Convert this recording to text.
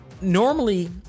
normally